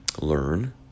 learn